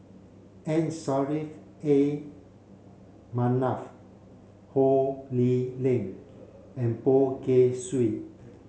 M Saffri A Manaf Ho Lee Ling and Poh Kay Swee